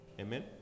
Amen